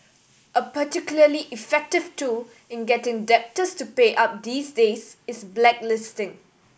a particularly effective tool in getting debtors to pay up these days is blacklisting